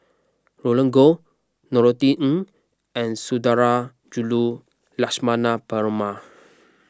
Roland Goh Norothy Ng and Sundarajulu Lakshmana Perumal